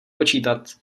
počítat